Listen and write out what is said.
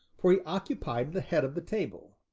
for he occupied the head of the table,